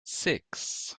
six